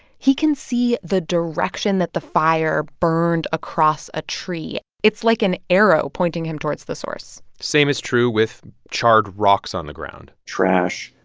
he can see the direction that the fire burned across a tree. it's like an arrow pointing him towards the source same is true with charred rocks on the ground trash,